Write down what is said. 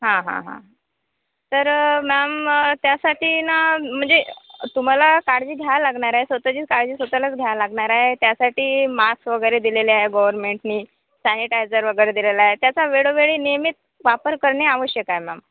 हां हां हां तर मॅम त्यासाठी ना म्हणजे तुम्हाला काळजी घ्यायला लागणार आहे स्वत चीच काळजी स्वत लाच घ्यायला लागणार आहे त्यासाठी मास्क वगैरे दिलेले आहे गोरमेंटनी सॅनिटायजर वगैरे दिलेला आहे त्याचा वेळोवेळी नियमित वापर करणे आवश्यक आहे मॅम